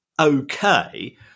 okay